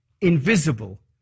Invisible